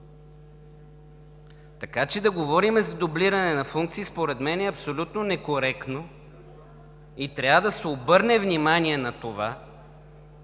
Така че да говорим за дублиране на функции според мен е абсолютно некоректно. Трябва да се обърне внимание на това,